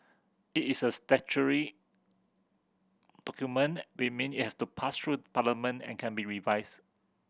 it is a statutory document we mean it has to pass through Parliament and can be revised